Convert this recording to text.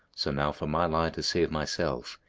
so now for my lie to save myself,